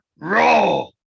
raw